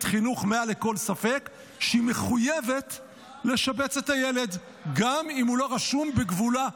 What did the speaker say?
חינוך מעל לכל ספק שהיא מחויבת לשבץ את הילד גם אם הוא לא רשום בגבולה,